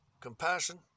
compassion